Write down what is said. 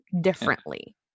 differently